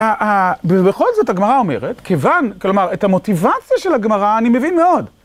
בכל זאת הגמרא אומרת, כלומר את המוטיבציה של הגמרא אני מבין מאוד.